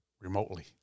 remotely